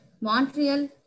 Montreal